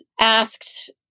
asked